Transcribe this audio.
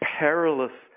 perilous